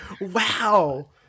Wow